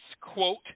quote